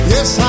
Yes